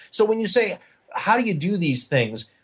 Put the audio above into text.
so when you say how do you do these things,